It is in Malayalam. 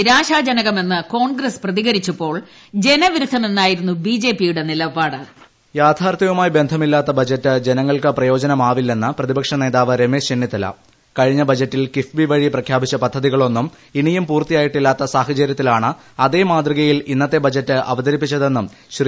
നിരാശാജനകമെന്ന് കോൺഗ്രസ് പ്രതികരിച്ചപ്പോൾ് ജനവിരുദ്ധമെന്നായിരുന്നു ബിജെപിയുടെ നിലപാ വോയിസ് ബജറ്റ് കമന്റ് ഇൻഡ്രോ യാഥാർത്ഥ്യവുമായി ബന്ധമില്ലാത്ത ബജറ്റ് ജനങ്ങൾക്ക് പ്രയോജനമാവില്ലെന്ന് പ്രതിപക്ഷ നേതാവ് രമേശ് ചെന്നിത്തല കഴിഞ്ഞ ബജറ്റിൽ കിഫ്ബി വഴി പ്രഖ്യാപിച്ച പദ്ധതിക ളൊന്നും ഇനിയും പൂർത്തിയായിട്ടില്ലാത്ത സാഹചര്യത്തി ലാണ് അതേ മാതൃകയിൽ ഇന്നത്തെ ബജറ്റ് അവതരിപ്പിച്ച തെന്നും ശ്രീ